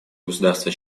государства